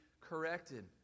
corrected